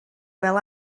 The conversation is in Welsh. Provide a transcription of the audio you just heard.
fel